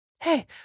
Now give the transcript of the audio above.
Hey